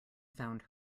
found